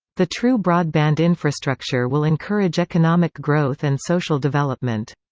the true broadband infrastructure will encourage economic growth and social development.